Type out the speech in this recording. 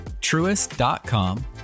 truest.com